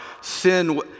sin